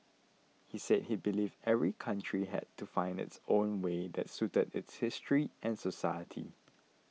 he said he believed every country had to find its own way that suited its history and society